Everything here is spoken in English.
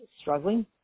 struggling